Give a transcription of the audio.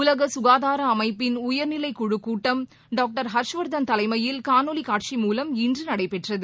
உலக கசுகாதார அமைப்பின் உயர்நிலைக் குழுக் கூட்டம் டாக்டர் ஹர்ஷ் வர்தன் தலைமயில் காணொலி காட்சி மூலம் இன்று நடைபெற்றது